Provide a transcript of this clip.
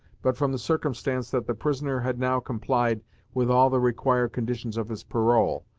but from the circumstance that the prisoner had now complied with all the required conditions of his parole,